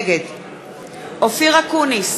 נגד אופיר אקוניס,